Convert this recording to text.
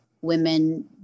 women